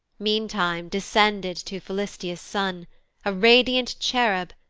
mean time descended to philistia's son a radiant cherub,